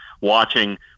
watching